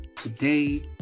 today